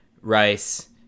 Rice